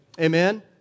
Amen